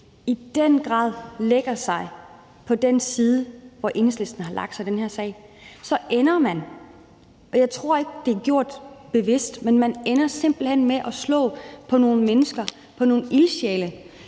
i den grad lægger sig på den side, hvor Enhedslisten har lagt sig i den her sag, ender man – og jeg tror ikke, det er gjort bevidst – med at slå på nogle mennesker, på nogle ildsjæle,